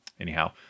anyhow